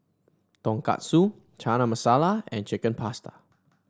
Tonkatsu Chana Masala and Chicken Pasta